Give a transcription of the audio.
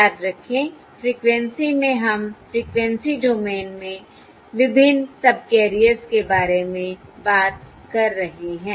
याद रखें फ़्रीक्वेंसी में हम फ़्रीक्वेंसी डोमेन में विभिन्न सबकैरियर्स के बारे में बात कर रहे हैं